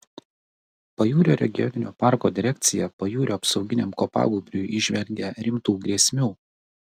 pajūrio regioninio parko direkcija pajūrio apsauginiam kopagūbriui įžvelgia rimtų grėsmių